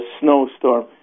snowstorm